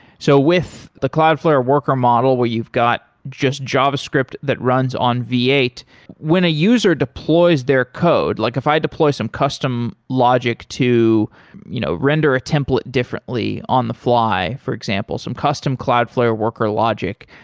so with the cloudflare worker model where you've got just javascript that runs on v eight, when a user deploys their code, like if i deploy some custom logic to you know render a template differently on the fly, for example, some custom cloudflare worker logic,